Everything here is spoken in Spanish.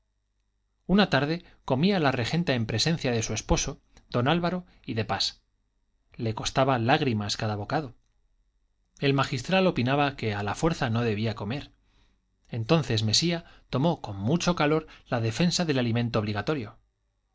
una tarde comía la regenta en presencia de su esposo don álvaro y de pas le costaba lágrimas cada bocado el magistral opinaba que a la fuerza no debía comer entonces mesía tomó con mucho calor la defensa del alimento obligatorio